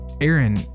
Aaron